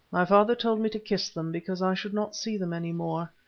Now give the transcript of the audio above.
my father told me to kiss them, because i should not see them any more,